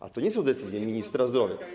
Ale to nie są decyzje ministra zdrowia.